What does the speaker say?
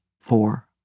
four